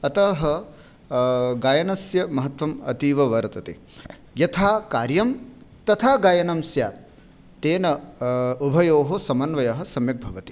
अतः गायनस्य महत्वम् अतीव वर्तते यथा कार्यं तथा गायनं स्यात् तेन उभयोः समन्वयः सम्यक् भवति